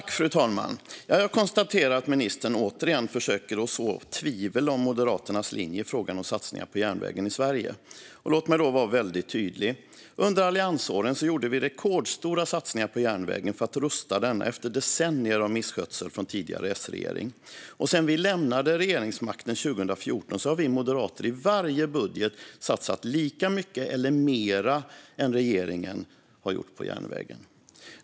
Fru talman! Jag konstaterar att ministern återigen försöker så tvivel om Moderaternas linje i fråga om satsningar på järnvägen i Sverige. Låt mig då vara väldigt tydlig: Under alliansåren gjorde vi rekordstora satsningar på järnvägen för att rusta den efter decennier av misskötsel från tidigare Sregering. Och sedan vi lämnade regeringsmakten 2014 har vi moderater i varje budget satsat lika mycket som regeringen eller mer på järnvägen.